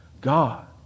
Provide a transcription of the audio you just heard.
God